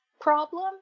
problem